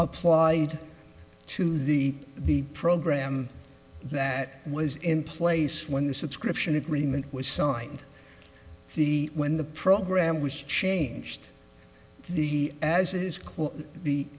applied to the the program that was in place when the subscription agreement was signed the when the program was changed the as